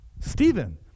Stephen